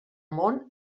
món